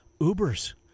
Ubers